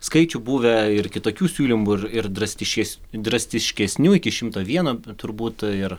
skaičių buvę ir kitokių siūlymų ir ir drastiškes drastiškesnių iki šimto vieno turbūt ir